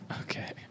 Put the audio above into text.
Okay